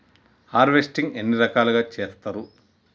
Harvesting ఎన్ని రకాలుగా చేస్తరు?